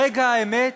ברגע האמת